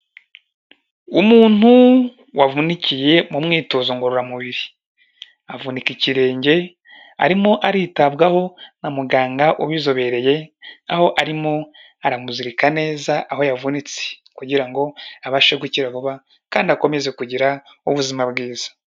Umuntu wavunikiye mu mwitozo ngororamubiri, avunika ikirenge arimo aritabwaho na muganga ubizobereye aho arimo aramuzirika neza aho yavunitse, kugira ngo abashe gukira vuba kandi akomeze kugira ubuzima bwiza.